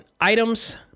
items